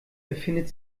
befindet